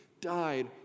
died